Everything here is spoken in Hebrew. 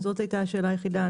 בחשבון, זאת הייתה השאלה היחידה.